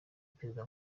perezida